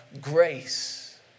grace